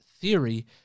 theory